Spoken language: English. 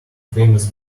famous